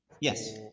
Yes